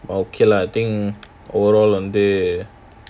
but okay lah I think overall வந்து:vandhu